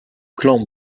clan